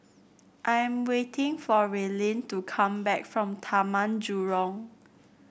I am waiting for Raelynn to come back from Taman Jurong